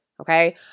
okay